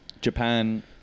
Japan